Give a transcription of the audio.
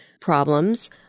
problems